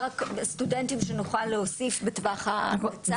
הסטודנטים שנוכל להוסיף בטווח הקצר.